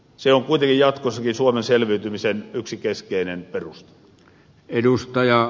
se on kuitenkin jatkossakin suomen selviytymisen yksi keskeinen peruste